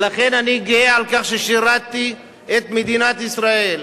ולכן, אני גאה על כך ששירתתי את מדינת ישראל,